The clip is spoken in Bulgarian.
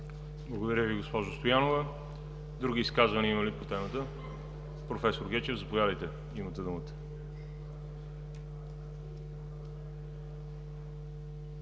Благодаря Ви, госпожо Стоянова. Други изказвания има ли по темата? Професор Гечев, заповядайте, имате думата.